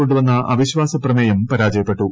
കൊണ്ടുവന്ന അവിശ്വാസ പ്രമേയം പരാജയപ്പെട്ടു